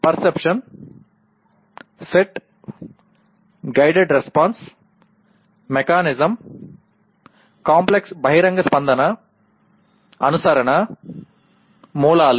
perception set guided response mechanism complex బహిరంగ స్పందన అనుసరణ మూలాలు